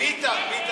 ביטן.